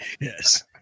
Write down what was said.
Yes